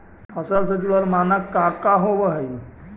फसल से जुड़ल मानक का का होव हइ?